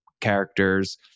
characters